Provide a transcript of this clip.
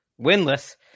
winless